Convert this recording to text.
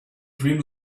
dream